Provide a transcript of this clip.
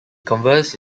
converse